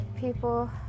people